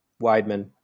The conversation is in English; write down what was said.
Weidman